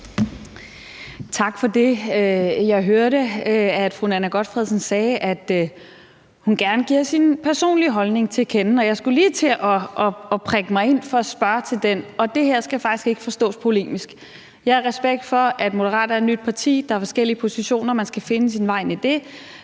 Tak for det. Jeg hørte, at fru Nanna W. Gotfredsen sagde, at hun gerne giver sin personlige holdning til kende, og jeg skulle lige til at prikke mig ind for at spørge til den, og det her skal faktisk ikke forstås polemisk. Jeg har respekt for, at Moderaterne er et nyt parti, at der er forskellige positioner, og at man skal finde sin vej ind i det.